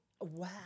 Wow